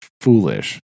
foolish